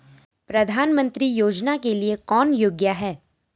प्रधानमंत्री योजना के लिए कौन योग्य है?